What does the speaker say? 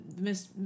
Miss